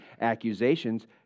accusations